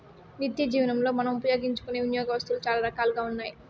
నిత్యజీవనంలో మనం ఉపయోగించుకునే వినియోగ వస్తువులు చాలా రకాలుగా ఉన్నాయి